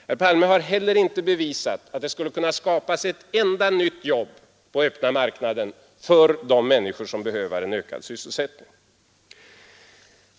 Herr Palme har heller inte bevisat att det skulle kunna skapas ett enda nytt jobb på öppna marknaden för de människor som behöver en ökad sysselsättning.